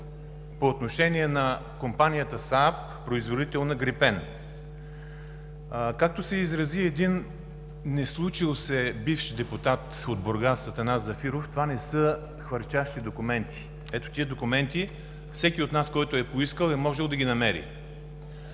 по отношение на компанията СААБ, производител на „Грипен“. Както се изрази един неслучил се бивш депутат от Бургас Атанас Зафиров, това не са хвърчащи документи. Ето тези документи. (Показва ги.) Всеки от нас, който е поискал, е можел да ги намери.